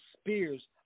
spears